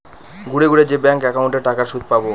ঘুরে ঘুরে যে ব্যাঙ্ক একাউন্টে টাকার সুদ পাবো